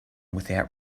without